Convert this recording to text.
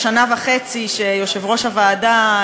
בשנה וחצי שיושב-ראש הוועדה,